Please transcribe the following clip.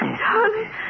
darling